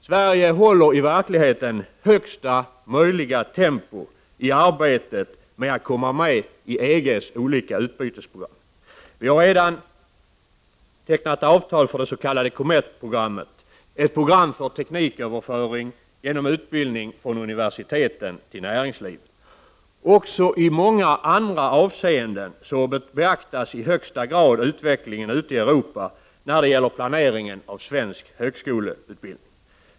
Sverige håller i verkligheten högsta möjliga tempo i arbetet med att komma med i EG:s olika utbytesprogram. Vi har redan tecknat avtal för det s.k. COMETT-programmet, ett program för tekniköverföring genom utbildning från universiteten till näringslivet. Också i många andra avseenden beaktas i högsta grad utvecklingen ute i Europa när det gäller planeringen av svensk högskoleutbildning.